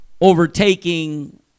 overtaking